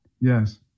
Yes